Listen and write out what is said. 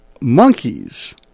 monkeys